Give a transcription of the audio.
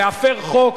להפר חוק?